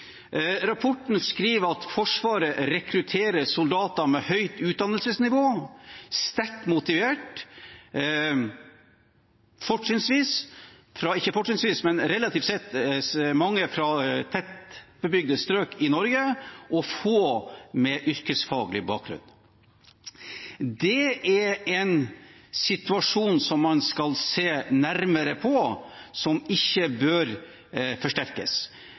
at Forsvaret rekrutterer soldater med høyt utdannelsesnivå, som er sterkt motiverte, relativt sett mange fra tettbebygde strøk i Norge og få med yrkesfaglig bakgrunn. Det er en situasjon man skal se nærmere på, og som ikke bør forsterkes.